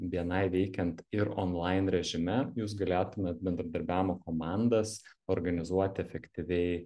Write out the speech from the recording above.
bni veikiant ir onlain režime jūs galėtumėt bendradarbiavimo komandas organizuoti efektyviai